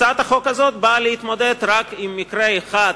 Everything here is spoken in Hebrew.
הצעת החוק הזאת באה להתמודד רק עם מקרה אחד